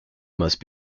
must